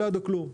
שלא ידעו כלום.